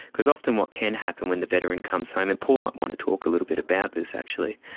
because often what can happen when the veteran comes home, and paul might want to talk a little bit about this actually,